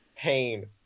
pain